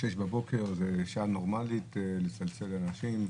06:00 בבוקר זו שעה נורמלית לצלצל לאנשים,